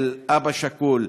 של אבא שכול,